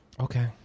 okay